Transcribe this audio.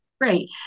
Great